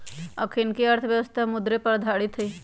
अखनीके अर्थव्यवस्था मुद्रे पर आधारित हइ